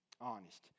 Honest